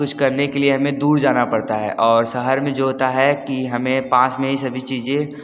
कुछ करने के लिए हमें दूर जाना पड़ता है और शहर में जो होता है कि हमें पास में ही सभी चीजें